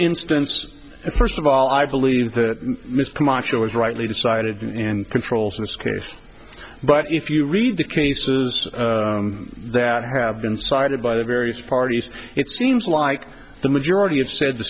instance first of all i believe that mr camacho is rightly decided and controls in this case but if you read the cases that have been cited by the various parties it seems like the majority have said the